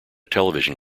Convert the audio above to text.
television